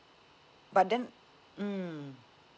but then mm